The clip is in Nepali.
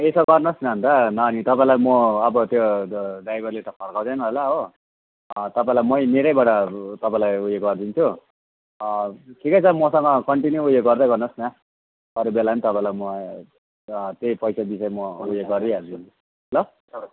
यसो गर्नुहोस् न अन्त नत्र भने तपाईँलाई म अब त्यो ड्राइभरले त फर्काउँदैन होला हो तपाईँलाई मै मेरैबाट तपाईँलाई उयो गरिदिन्छु ठिकै छ मसँग कन्टिन्यू उयो गर्दै गर्नुहोस् न अरू बेला पनि तपाईँलाई म त्यही पैसा विषय म उयो गरिहाल्छु नि ल